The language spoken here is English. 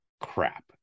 crap